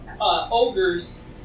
ogres